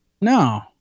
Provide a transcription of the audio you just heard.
No